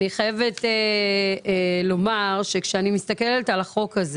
אני חייבת לומר שכאשר אני מסתכלת עלה חוק הזה